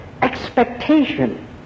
expectation